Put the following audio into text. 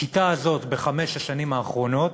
השיטה הזאת בחמש השנים האחרונות